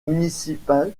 municipal